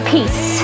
Peace